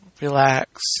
relax